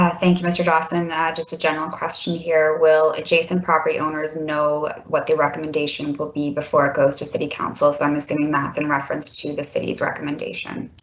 um thank you mr dawson, just a general question here. will adjacent property owners know what their recommendation will be before it goes to city councils? i'm assuming that's in reference to the city's recommendation.